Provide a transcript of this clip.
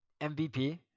MVP